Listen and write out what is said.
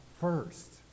first